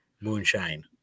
moonshine